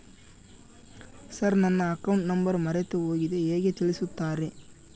Sir ನನ್ನ account number ಮರೆತುಹೋಗಿದೆ ಹೇಗೆ ತಿಳಿಸುತ್ತಾರೆ?